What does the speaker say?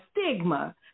stigma